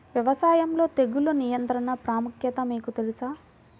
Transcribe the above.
వ్యవసాయంలో తెగుళ్ల నియంత్రణ ప్రాముఖ్యత మీకు తెలుసా?